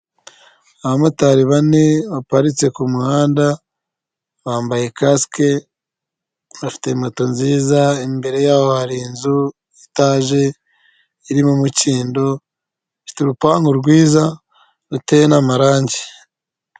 Abamotari bane baparitse kumuhanda bambaye kasike, bafite moto nziza, imbere yaho hari inzu y'itaje irimo umikindo ifite urupangu rwiza ruteye n'amarangi.